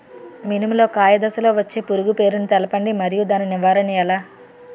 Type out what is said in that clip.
మినుము లో కాయ దశలో వచ్చే పురుగు పేరును తెలపండి? మరియు దాని నివారణ ఎలా?